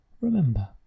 Remember